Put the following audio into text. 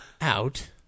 out